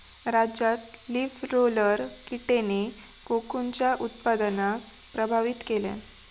राज्यात leaf roller कीटेन कोकूनच्या उत्पादनाक प्रभावित केल्यान